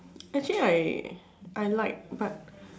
actually I I like but